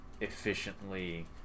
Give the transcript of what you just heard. efficiently